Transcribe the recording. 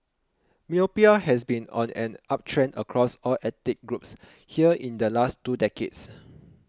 myopia has been on an uptrend across all ethnic groups here in the last two decades